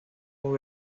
dos